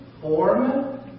form